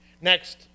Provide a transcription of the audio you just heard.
Next